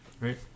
right